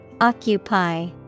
Occupy